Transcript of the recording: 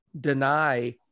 deny